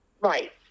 right